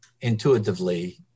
intuitively